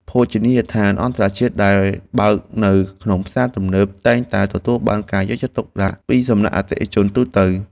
ភោជនីយដ្ឋានអន្តរជាតិដែលបើកនៅក្នុងផ្សារទំនើបតែងតែទទួលបានការទុកចិត្តខ្ពស់ពីសំណាក់អតិថិជនទូទៅ។